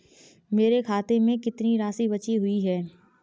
मेरे खाते में कितनी राशि बची हुई है?